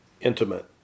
intimate